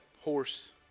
horse